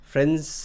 Friends